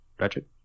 Ratchet